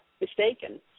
mistaken